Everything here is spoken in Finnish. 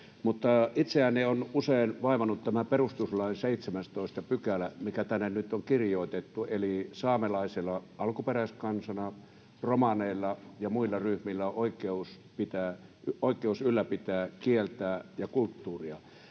itseäni on usein vaivannut tämä perustuslain 17 §, mikä tänne nyt on kirjoitettu, eli saamelaisilla alkuperäiskansana, romaneilla ja muilla ryhmillä on oikeus ylläpitää kieltään ja kulttuuriaan.